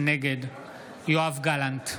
נגד יואב גלנט,